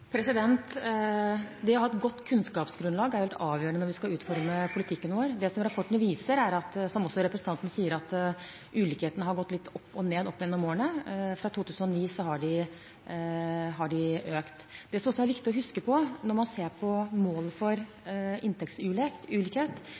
Det å ha et godt kunnskapsgrunnlag er helt avgjørende når vi skal utforme politikken vår. Det som rapporten viser, er – som også representanten sier – at ulikhetene har gått litt opp og ned opp gjennom årene. Fra 2009 har de økt. Det som også er viktig å huske på når en ser på målet for